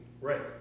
Right